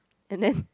and then